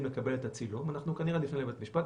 לקבל את הצילום אנחנו נפנה לבית המשפט,